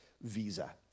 visa